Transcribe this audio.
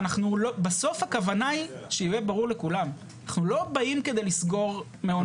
בסוך הכוונה היא שיהיה ברור לכולם אנחנו לא באים כדי לסגור מעונות.